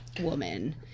woman